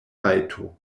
rajto